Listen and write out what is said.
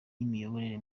y’imiyoborere